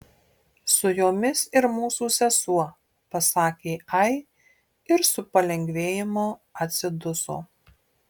su jomis ir mūsų sesuo pasakė ai ir su palengvėjimu atsiduso